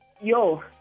yo